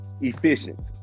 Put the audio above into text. Efficient